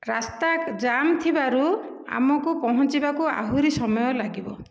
ରାସ୍ତା ଜାମ ଥିବାରୁ ଆମକୁ ପହଞ୍ଚିବାକୁ ଆହୁରି ସମୟ ଲାଗିବ